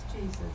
Jesus